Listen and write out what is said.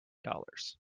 dollars